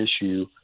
issue